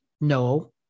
no